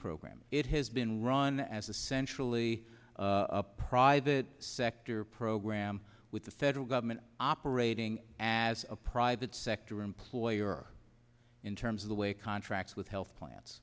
program it has been run as a centrally private sector program with the federal government operating as a private sector employer in terms of the way contracts with health plans